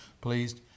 pleased